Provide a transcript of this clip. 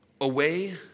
away